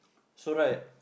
so right